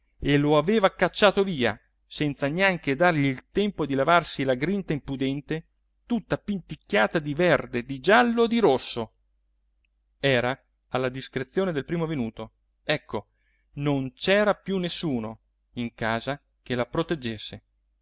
e lo aveva cacciato via senza neanche dargli il tempo di lavarsi la grinta impudente tutta pinticchiata di verde di giallo di rosso era alla discrezione del primo venuto ecco non c'era più nessuno in casa che la proteggesse